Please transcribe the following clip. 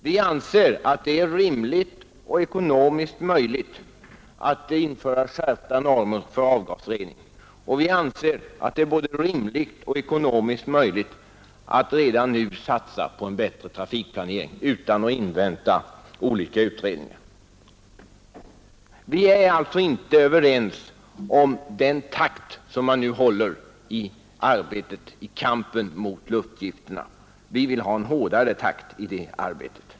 Vi anser att det är rimligt och ekonomiskt möjligt att införa skärpta normer för avgasrening och att redan nu satsa på en bättre trafikplanering utan att invänta olika utredningar. Vi är alltså inte överens om den takt som man nu håller i arbetet på att bekämpa luftgifterna. Vi vill ha en hårdare takt i detta arbete.